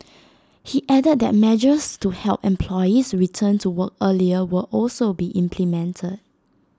he added that measures to help employees return to work earlier will also be implemented